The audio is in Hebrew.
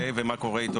אוקיי, ומה קורה איתו.